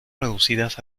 reducidas